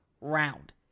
round